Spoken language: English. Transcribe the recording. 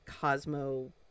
Cosmo